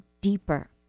deeper